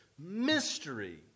mystery